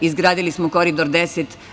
Izgradili smo Koridor 10.